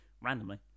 Randomly